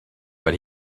but